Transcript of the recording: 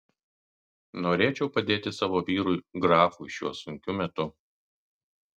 norėčiau padėti savo vyrui grafui šiuo sunkiu metu